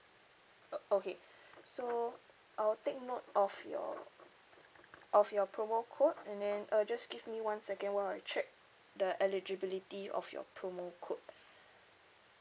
o~ okay so I will take note of your of your promo code and then uh just give me one second while I check the eligibility of your promo code